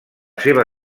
seva